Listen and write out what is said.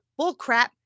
bullcrap